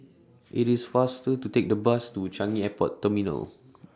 IT IS faster to Take The Bus to Changi Airport Terminal